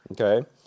okay